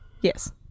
Yes